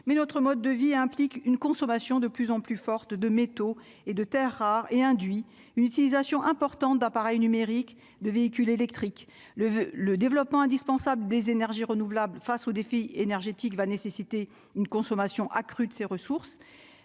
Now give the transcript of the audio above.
mais notre mode de vie implique une consommation de plus en plus fortes de métaux et de Terres rares et induit une utilisation importante d'appareils numériques de véhicules électriques le le développement indispensable des énergies renouvelables, face au défi énergétique va nécessiter une consommation accrue de ses ressources